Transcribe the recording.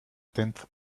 tenth